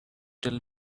tell